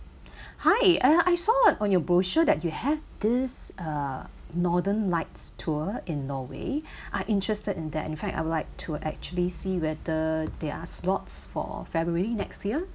hi uh I saw it on your brochure that you have this uh northern lights tour in norway I'm interested in that in fact I would like to actually see whether there are slots for february next year